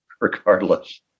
Regardless